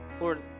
Lord